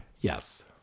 Yes